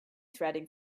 threading